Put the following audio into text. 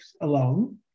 alone